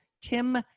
Tim